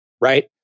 right